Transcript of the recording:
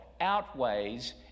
outweighs